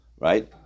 right